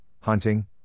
hunting